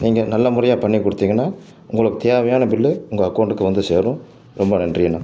நீங்கள் நல்ல முறையாக பண்ணி கொடுத்திங்கன்னா உங்களுக்கு தேவையான பில்லு உங்கள் அக்கவுண்ட்டுக்கு வந்து சேரும் ரொம்ப நன்றி அண்ணா